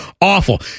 awful